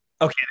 okay